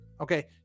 Okay